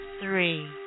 three